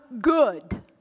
good